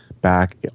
back